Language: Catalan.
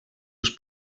els